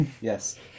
Yes